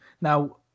Now